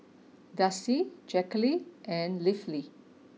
Darci Jacqulyn and Leafy